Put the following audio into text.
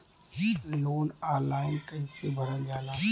Loan online कइसे भरल जाला?